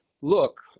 look